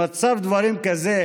במצב דברים כזה